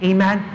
Amen